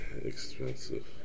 expensive